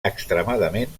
extremadament